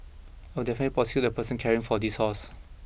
I would definitely prosecute the person caring for this horse